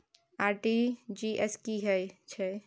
RTG S की है छै?